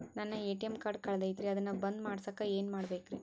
ನನ್ನ ATM card ಕಳದೈತ್ರಿ ಅದನ್ನ ಬಂದ್ ಮಾಡಸಾಕ್ ಏನ್ ಮಾಡ್ಬೇಕ್ರಿ?